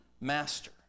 master